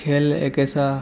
کھیل ایک ایسا